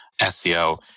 SEO